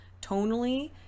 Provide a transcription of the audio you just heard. tonally